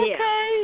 Okay